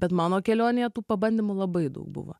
bet mano kelionėje tų pabandymų labai daug buvo